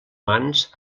mans